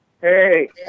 hey